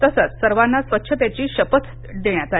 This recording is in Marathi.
तसंच सर्वांना स्वच्छतेची शपथ देण्यात आली